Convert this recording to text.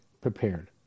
prepared